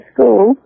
school